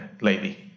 lady